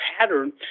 pattern